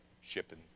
shipping